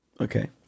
Okay